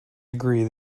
agree